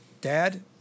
dad